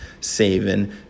saving